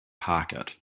pocket